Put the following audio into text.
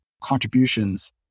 contributions